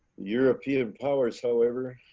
european powers, however,